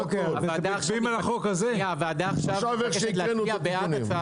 עכשיו איך שהקראנו את התיקונים.